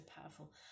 powerful